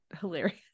hilarious